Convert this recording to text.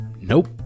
nope